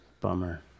Bummer